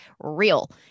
real